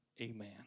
Amen